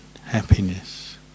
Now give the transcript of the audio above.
happiness